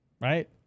right